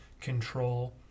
control